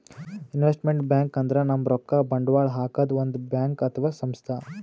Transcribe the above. investment bank ಅಂದ್ರ ನಮ್ ರೊಕ್ಕಾ ಬಂಡವಾಳ್ ಹಾಕದ್ ಒಂದ್ ಬ್ಯಾಂಕ್ ಅಥವಾ ಸಂಸ್ಥಾ